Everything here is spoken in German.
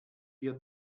wir